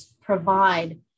provide